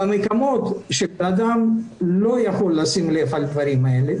במקומות שאדם לא יכול לשים לב לדברים האלה,